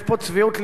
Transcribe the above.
יש פה צביעות לשמה,